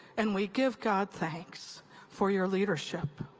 and we give god thanks for your leadership.